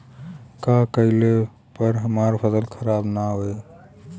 का कइला पर हमार फसल खराब ना होयी?